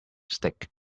stick